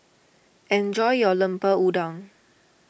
enjoy your Lemper Udang